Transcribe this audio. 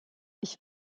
ich